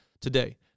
today